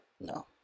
No